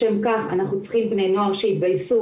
לשם כך אנחנו צריכים בני נוער שיתגייסו